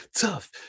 tough